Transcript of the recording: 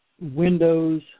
windows